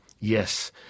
Yes